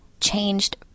Changed